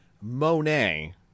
Monet